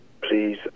Please